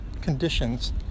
conditions